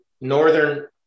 northern